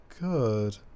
good